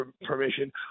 permission